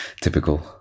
Typical